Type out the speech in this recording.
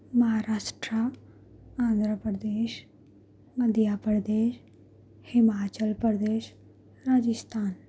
Maharashtra Andhra Pradesh Madhya Pradesh Himachal Pradesh Rajasthan